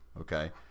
Okay